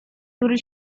który